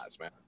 man